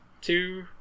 two